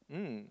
mm